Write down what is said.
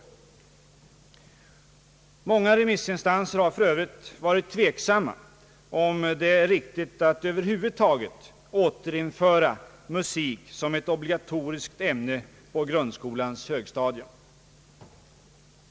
Många remissinstanser har för övrigt varit tveksamma om det är riktigt att över huvud taget återinföra musik som ett obligatoriskt ämne på grundskolans högstadium.